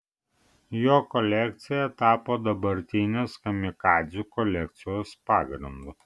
jo kolekcija tapo dabartinės kamikadzių kolekcijos pagrindu